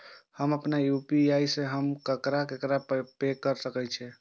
हम आपन यू.पी.आई से हम ककरा ककरा पाय भेज सकै छीयै?